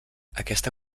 aquesta